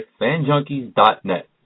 FanJunkies.net